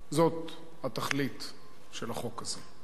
זאת התכלית של החוק הזה.